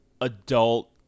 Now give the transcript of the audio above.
adult